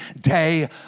day